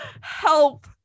Help